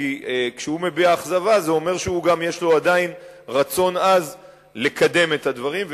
כי כשהוא מביע אכזבה זה אומר שיש לו עדיין רצון עז לקדם את הדברים,